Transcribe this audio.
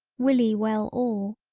willie well all.